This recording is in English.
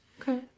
Okay